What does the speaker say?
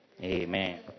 Amen